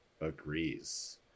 agrees